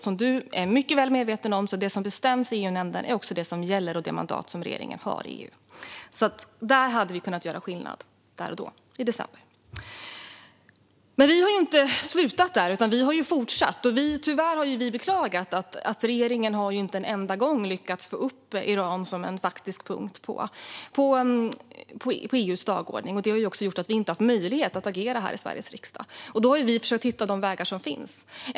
Som du är mycket väl medveten om, Markus Wiechel, är det som bestäms i EU-nämnden också det som gäller och det mandat som regeringen har i EU. Där och då i december hade vi kunnat göra skillnad. Vi har inte slutat där, utan vi har fortsatt. Vi har beklagat att regeringen inte en enda gång har lyckats få upp Iran som en faktisk punkt på EU:s dagordning. Det har gjort att vi inte haft möjlighet att agera här i Sveriges riksdag, och då har vi försökt hitta de vägar som finns.